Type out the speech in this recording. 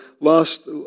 lost